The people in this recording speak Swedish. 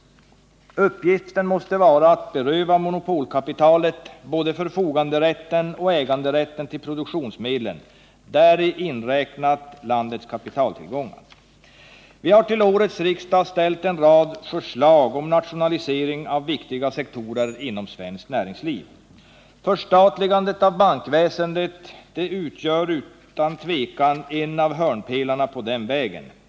Uppgiften måste vara att beröva monopolkapitalet både förfoganderätten och äganderätten till Nr 116 produktionsmedlen, däri inräknat landets kapitaltillgångar. Torsdagen den Vi har till årets riksdag ställt en rad förslag om nationalisering av viktiga 29 mars 1979 sektorer inom svenskt näringsliv. Förstatligandet av bankväsendet utgör utan tvivel en av hörnpelarna på den vägen.